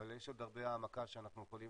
אבל יש עוד הרבה העמקה שאנחנו יכולים